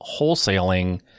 wholesaling